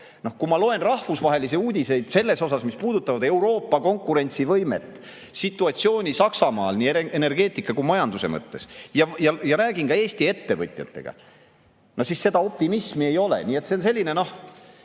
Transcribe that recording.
Kui ma loen rahvusvahelisi uudiseid selle kohta, mis puudutavad Euroopa konkurentsivõimet, situatsiooni Saksamaal nii energeetika kui majanduse mõttes, ja räägin ka Eesti ettevõtjatega, no siis seda optimismi ei ole. Nii et see on selline